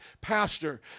pastor